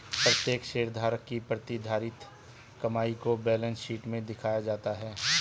प्रत्येक शेयरधारक की प्रतिधारित कमाई को बैलेंस शीट में दिखाया जाता है